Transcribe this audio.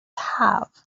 have